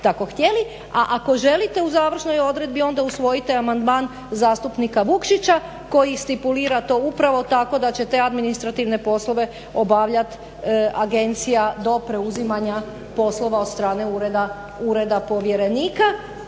A ako želite u završnoj odredbi onda usvojite amandman zastupnika Vukšića koji stipulira to upravo tako da će te administrativne poslove obavljati agencija do preuzimanja poslova od strane ureda povjerenika.